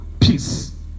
peace